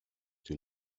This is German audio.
die